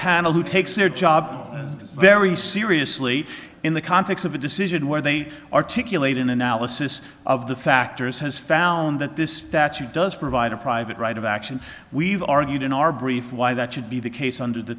panel who takes their job very seriously in the context of a decision where they articulate an analysis of the factors has found that this that you does provide a private right of action we've argued in our brief why that should be the case under the